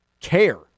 care